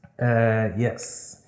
yes